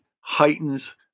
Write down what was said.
heightens